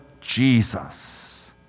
Jesus